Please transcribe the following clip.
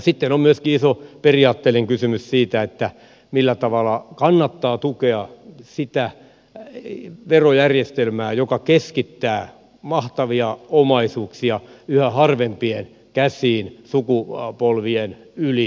sitten on myöskin iso periaatteellinen kysymys siitä millä tavalla kannattaa tukea sitä verojärjestelmää joka keskittää mahtavia omaisuuksia yhä harvempien käsiin sukupolvien yli